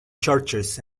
churches